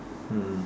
mm